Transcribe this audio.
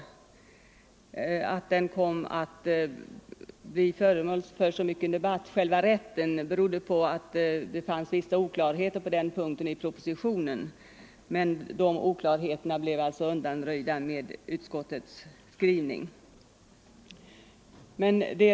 Att själva rätten kom att bli föremål för så mycken debatt berodde på att det fanns vissa oklarheter på den punkten i propositionen, men dessa blev alltså undanröjda i och med utskottets skrivning.